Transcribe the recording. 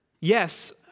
Yes